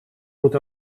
moet